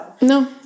No